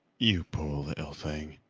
you poor little thing.